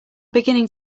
beginning